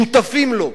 שותפים לו,